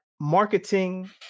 marketing